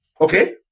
Okay